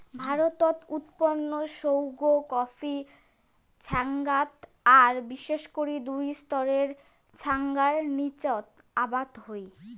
ভারতত উৎপন্ন সৌগ কফি ছ্যাঙাত আর বিশেষ করি দুই স্তরের ছ্যাঙার নীচাত আবাদ হই